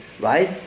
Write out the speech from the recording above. right